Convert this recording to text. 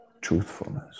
truthfulness